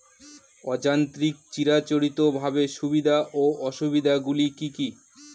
অযান্ত্রিক চিরাচরিতভাবে সুবিধা ও অসুবিধা গুলি কি কি?